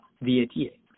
V-A-T-A